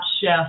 Chef